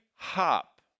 Hop